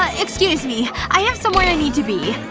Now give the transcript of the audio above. ah excuse me. i have somewhere i need to be